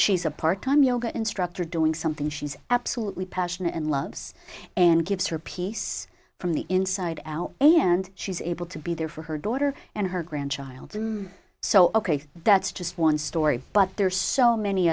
she's a part time yoga instructor doing something she's absolutely passionate and loves and gives her peace from the inside out and she's able to be there for her daughter and her grandchild so ok that's just one story but there are so many